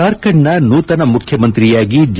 ಜಾರ್ಖಂಡ್ನ ನೂತನ ಮುಖ್ಯಮಂತ್ರಿಯಾಗಿ ಜೆ